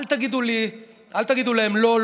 אל תגידו להם: לא,